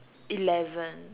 eleven